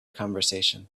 conversation